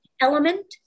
element